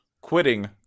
quitting